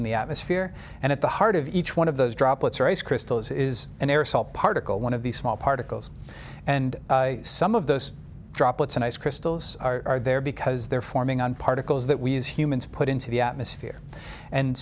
in the atmosphere and at the heart of each one of those droplets rays crystals is an aerosol particle one of these small particles and some of those droplets and ice crystals are there because they're forming on particles that we as humans put into the atmosphere and